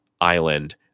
Island